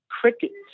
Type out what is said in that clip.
Crickets